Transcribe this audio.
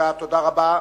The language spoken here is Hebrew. תודה רבה.